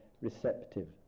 receptive